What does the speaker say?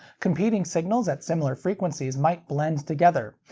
competing signals at similar frequencies might blend together,